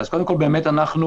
בבקשה.